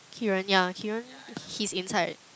Keiran ya Keiran he's inside